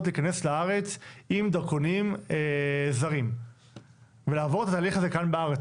להיכנס לארץ עם דרכונים זרים ולעבור את התהליך הזה כאן בארץ?